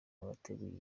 abateguye